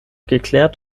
geklärt